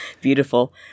Beautiful